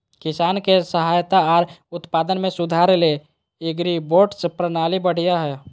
किसान के सहायता आर उत्पादन में सुधार ले एग्रीबोट्स प्रणाली बढ़िया हय